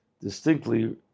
distinctly